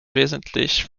wesentlich